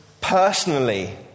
personally